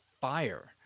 fire